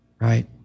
right